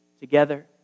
together